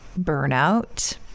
burnout